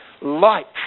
lights